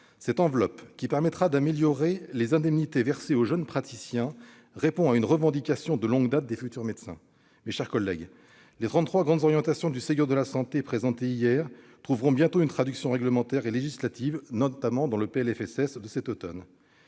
Cette enveloppe, qui permettra d'améliorer les indemnités versées aux jeunes praticiens, répond à une revendication de longue date des futurs médecins. Mes chers collègues, les trente-trois grandes orientations du Ségur de la santé, présentées hier, trouveront bientôt une traduction réglementaire et législative, dans le projet de loi de